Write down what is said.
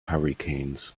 hurricanes